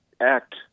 act